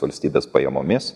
valstybės pajamomis